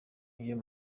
ayo